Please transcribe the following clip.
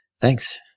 Thanks